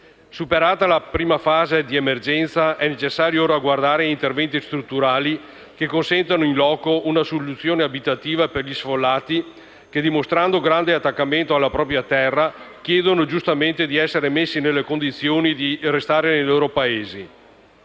Superata la fase della prima emergenza, è necessario ora guardare a interventi strutturali che consentano *in loco* una soluzione abitativa per gli sfollati, che, dimostrando grande attaccamento alla propria terra, chiedono giustamente di essere messi nelle condizioni di restare nei loro paesi.